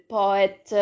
poet